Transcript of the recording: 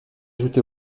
ajouté